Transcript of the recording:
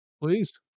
Please